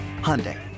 Hyundai